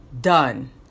done